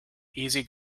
easy